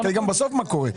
תסתכל גם בסוף מה קורה.